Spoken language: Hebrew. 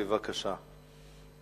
בבקשה.